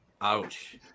Ouch